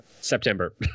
September